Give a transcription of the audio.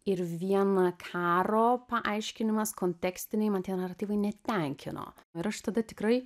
ir vieną karo paaiškinimas kontekstiniai man tie naratyvai netenkino ir aš tada tikrai